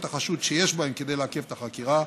החשוד שיש בהם כדי לעכב את החקירה,